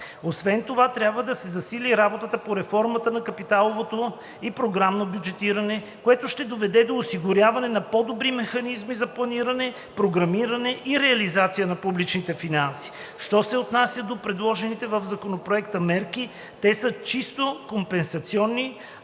Освен това трябва да се засили работата по реформа на капиталовото и програмно бюджетиране, което ще доведе до осигуряване на по-добри механизми за планиране, програмиране и реализация на публичните финанси. Що се отнася до предложените в Законопроекта мерки, те са чисто компенсационни,